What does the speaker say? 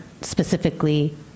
specifically